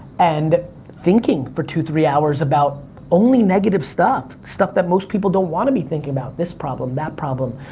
and thinking for two, three hours about only negative stuff, stuff that most people don't want to be thinking about, this problem, that problem.